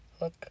Look